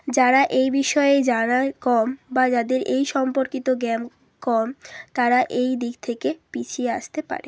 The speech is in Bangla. যারা এই বিষয়ে জানা কম বা যাদের এই সম্পর্কিত জ্ঞান কম তারা এই দিক থেকে পিছিয়ে আসতে পারে